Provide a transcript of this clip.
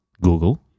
Google